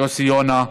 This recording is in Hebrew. יוסי יונה,